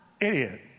idiot